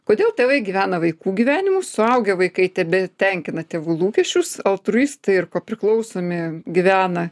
kodėl tėvai gyvena vaikų gyvenimus suaugę vaikai tebetenkina tėvų lūkesčius altruistai ir priklausomi gyvena